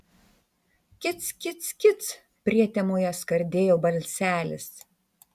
kic kic kic prietemoje skardėjo balselis